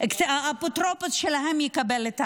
האפוטרופוס שלהם יקבל את